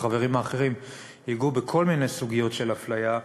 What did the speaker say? החברים האחרים ייגעו בכל מיני סוגיות של אפליה.